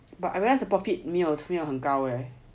but I realize the profit 没有推到很高 leh